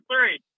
three